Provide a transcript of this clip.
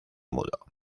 mudo